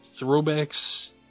throwbacks